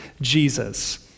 Jesus